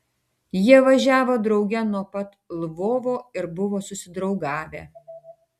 jie važiavo drauge nuo pat lvovo ir buvo susidraugavę